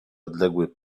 odległy